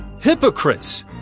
hypocrites